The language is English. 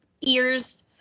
ears